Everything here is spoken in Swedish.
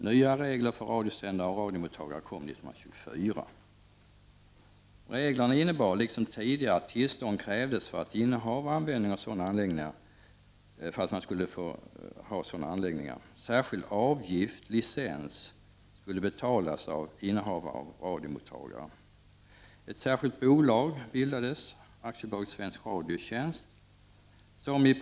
Nya regler för radiosändare och radiomottagare kom 1924.